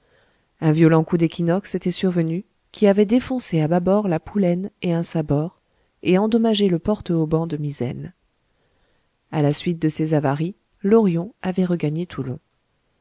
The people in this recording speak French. un violent coup d'équinoxe était survenu qui avait défoncé à bâbord la poulaine et un sabord et endommagé le porte haubans de misaine à la suite de ces avaries l orion avait regagné toulon